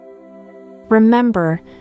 Remember